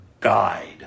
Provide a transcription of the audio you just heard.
guide